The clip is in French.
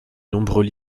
nombreux